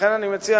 לכן אני מציע,